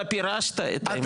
אתה פירשת את העמדה שלהם.